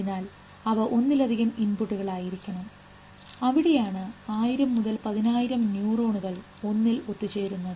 അതിനാൽ അവ ഒന്നിലധികം ഇൻപുട്ടുകൾ ആയിരിക്കണം അവിടെയാണ് 1000 മുതൽ 10000 ന്യൂറോണുകൾ ഒന്നിൽ ഒത്തുചേരുന്നത്